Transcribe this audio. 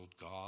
God